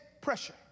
pressure